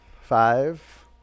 Five